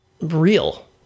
real